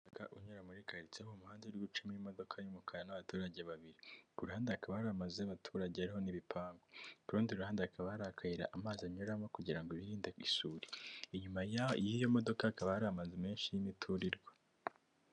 Umuhanda unyura muri karitsiye n'umumuhanda uri gucamo imodoka y'umukara n'abaturage babiri. Ku ruhande hakaba hari amazu y'abaturage ariho n'ibipangu. Ku rundi ruhande hakaba hari akayira amazi anyuramo kugira ngo birinde isuri. Inyuma y'iyo modoka hakaba hari amazu menshi y'imiturirwa.